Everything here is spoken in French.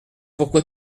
pourquoi